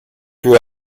peut